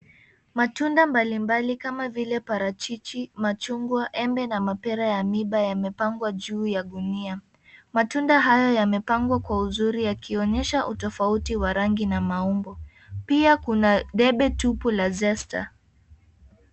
Matunda mbalimbali kama vile parachichi, machungwa, embe na mapera ya miiba yamepangwa juu ya gunia. Matunda hayo yamepangwa kwa uzuri yakionyesha utofauti wa rangi na maumbo. Pia kuna debe tupu la [cs ] Zesta[cs ].